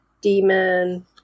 demon